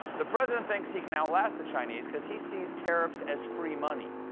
the president thinks he can outlast the chinese, because he sees tariffs as free money.